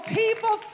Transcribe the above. people